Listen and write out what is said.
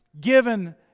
given